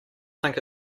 think